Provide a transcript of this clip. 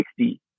60